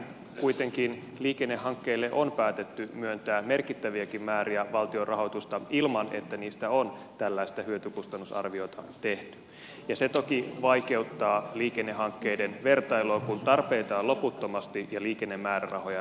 kuitenkin liikennehankkeille on päätetty myöntää merkittäviäkin määriä valtion rahoitusta ilman että niistä on tällaista hyötykustannus arviota tehty ja se toki vaikeuttaa liikennehankkeiden vertailua kun tarpeita on loputtomasti ja liikennemäärärahoja rajallisesti